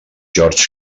george